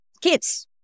kids